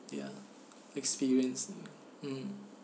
ya experience mm